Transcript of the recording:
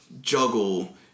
juggle